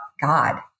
God